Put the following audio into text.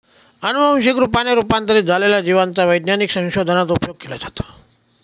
अनुवंशिक रूपाने रूपांतरित झालेल्या जिवांचा वैज्ञानिक संशोधनात उपयोग केला जातो